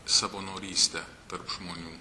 savonorystę tarp žmonių